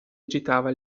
agitava